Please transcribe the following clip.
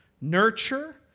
nurture